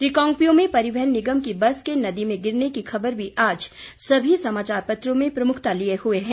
रिकांगपियो में परिवहन निगम की बस के नदी में गिरने की खबर भी आज सभी समाचार पत्रों में प्रमुखता लिये हुए हैं